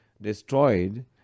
destroyed